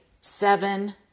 seven